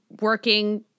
working